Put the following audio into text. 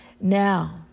Now